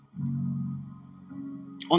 On